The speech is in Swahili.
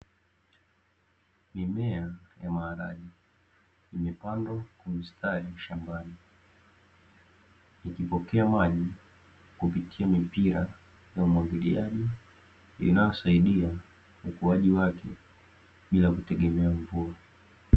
Mimea ya maharage imepandwa kwa ustadi shambani, ikipokea maji kupitia mipira ya umwagiliaji inayosidia ukuaji wake bila kutegemea mvua.